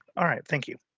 alright thank you.